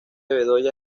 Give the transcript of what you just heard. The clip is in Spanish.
bedoya